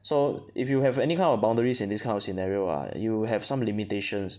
so if you have any kind of boundaries in this kind of scenario ah you have some limitations